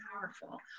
powerful